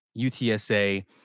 UTSA